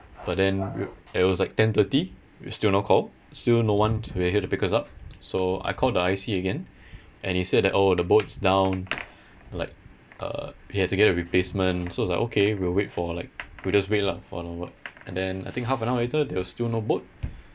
but then we~ it was like ten thirty it was still no call still no one to here to pick us up so I called the I_C again and he said that oh the boat's down like uh we had to get a replacement so I was like okay we'll wait for like we'll just wait lah for the and then I think half an hour later there was still no boat